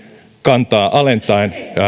kantaa alentaen